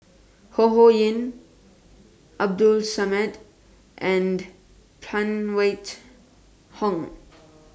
Ho Ho Ying Abdul Samad and Phan Wait Hong